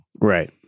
Right